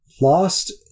lost